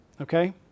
okay